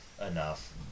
enough